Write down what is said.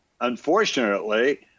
unfortunately